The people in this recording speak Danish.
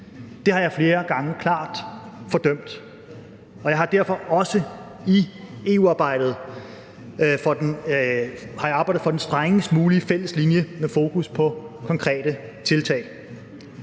Det har jeg flere gange klart fordømt. Jeg har derfor også i EU arbejdet for den strengest mulige fælles linje med fokus på konkrete tiltag.